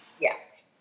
Yes